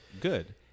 good